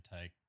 take